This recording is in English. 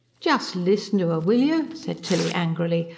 just listen to er, will you! said tilly angrily.